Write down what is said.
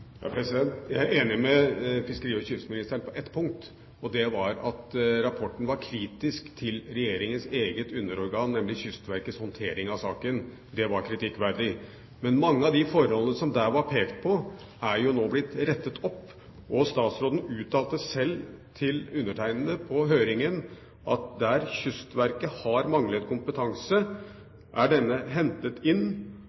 Jeg er enig med fiskeri- og kystministeren på ett punkt, at rapporten var kritisk til regjeringens eget underorgans, nemlig Kystverkets, håndtering av saken. Det var kritikkverdig. Men mange av de forholdene som ble pekt på der, er jo nå blitt rettet opp. Og statsråden selv uttalte til meg på høringen at der Kystverket har manglet